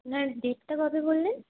আপনার ডেটটা কবে বললেন